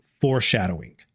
foreshadowing